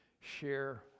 share